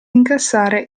incassare